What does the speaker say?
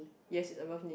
yes is above knee